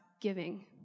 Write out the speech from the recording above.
giving